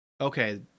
okay